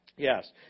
Yes